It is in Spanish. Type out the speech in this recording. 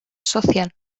social